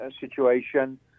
situation